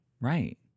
Right